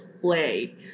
play